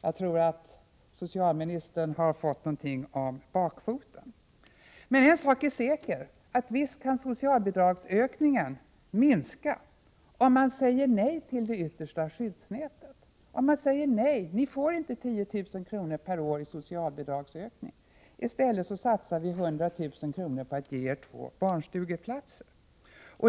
Jag tror att socialministern har fått något om bakfoten. En sak är säker — visst kan socialbidragsökningen minskas, om man säger nej till det yttersta skyddsnätet. Om man säger: Nej, ni får inte 10 000 kr. per år i socialbidragsökning. I stället satsar vi 100 000 kr. på att ge er två barnstugeplatser.